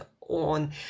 on